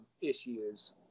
issues